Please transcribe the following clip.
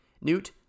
Newt